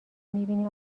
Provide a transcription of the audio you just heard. میبینی